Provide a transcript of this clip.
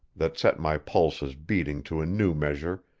that set my pulses beating to a new measure,